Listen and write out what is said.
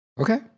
Okay